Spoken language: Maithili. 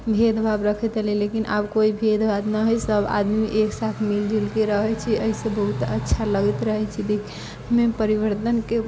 भेदभाव रखैत रहलै लेकिन आब कोइ भेदभाव न है सभ आदमी एक साथ मिल जुलके रहै छै एहि से बहुत अच्छा लगैत रहै छै देखैमे परिवर्तनके